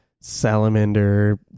salamander